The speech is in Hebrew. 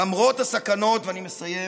למרות הסכנות, ואני מסיים,